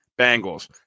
Bengals